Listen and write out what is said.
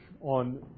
on